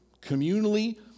communally